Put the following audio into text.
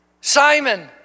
Simon